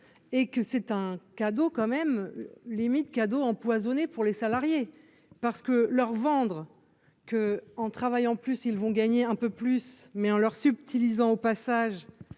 et que c'est un cadeau quand même limite cadeau empoisonné pour les salariés parce que leur vendre que en travaillant plus, ils vont gagner un peu plus, mais en leur subtilisant au passage